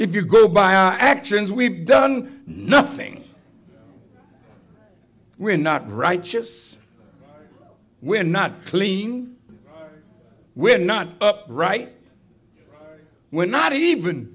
if you go by our actions we've done nothing we're not righteous we're not clean we're not right we're not even